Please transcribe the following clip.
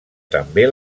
també